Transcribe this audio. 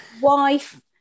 Wife